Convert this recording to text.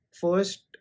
first